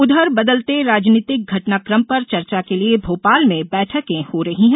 उधर बदलते राजनीतिक घटनाकम पर चर्चा के लिये भोपाल में बैठके हो रही है